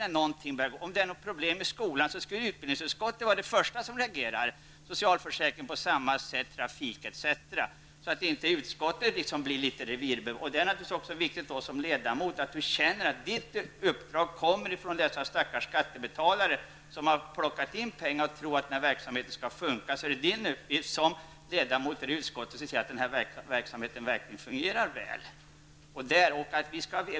Om det handlar om problem i t.ex. skolan är det utbildningsutskottet som först skall reagera. På motsvarande sätt förhåller det sig med socialförsäkringsutskottet, trafikutskottet etc. Men det får inte bli ett revirtänkande. En ledamot skall kunna känna att ett uppdrag har med de stackars skattebetalarna att göra. Pengar har plockats in, och människor tror att verksamheter därmed skall fungera. Då är det en uppgift för oss ledamöter att se till att verksamheter fungerar väl i praktiken.